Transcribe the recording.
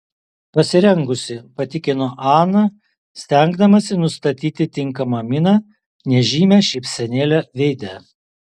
pasirengusi patikino ana stengdamasi nustatyti tinkamą miną nežymią šypsenėlę veide